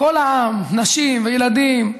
כל העם, נשים וילדים,